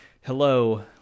hello